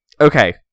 Okay